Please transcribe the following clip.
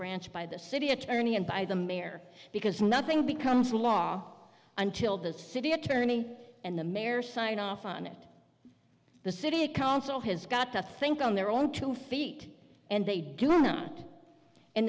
branch by the city attorney and by the mayor because nothing becomes law until the city attorney and the mayor signed off on it the city council has got to think on their own two feet and they do not in